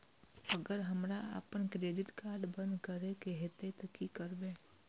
अगर हमरा आपन क्रेडिट कार्ड बंद करै के हेतै त की करबै?